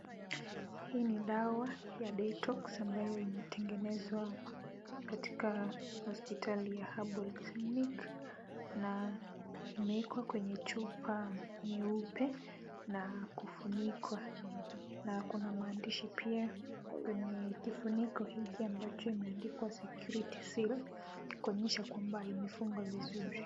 Hii ni dawa ya detox ambayo imetenengezwa katika hospitali ya cs]herbal cliniccs] na imewekwa kwa chupa nyeupe na kufunikwa na kuna maandishi pia kwenye kifuniko hiki ambacho imeandikwa security seal kuonyesha imefunikwa vizuri.